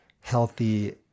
healthy